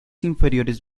inferiores